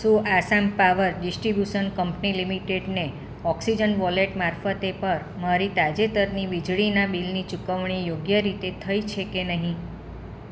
શું Assam power distribution company લિમિટેડને oxygen wallet મારફતે પર મારી તાજેતરની વીજળીના બિલની ચુકવણી યોગ્ય રીતે થઈ છે કે નહીં